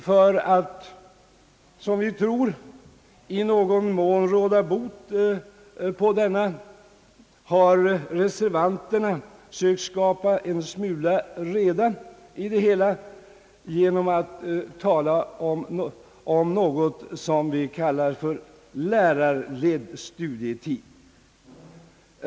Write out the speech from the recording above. För att, som vi tror, i någon mån råda bot på denna har reservanterna sökt skapa en smula reda i det hela genom att tala om något, som vi kallar för lärarledd studietid.